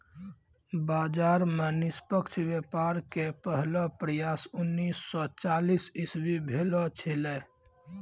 बाजार मे निष्पक्ष व्यापार के पहलो प्रयास उन्नीस सो चालीस इसवी भेलो छेलै